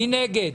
מי נגד,